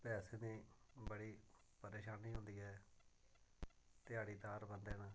ते असें ते बड़ी परेशानी होंदी ऐ ध्याड़ीदार बंदे ताईं